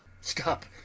stop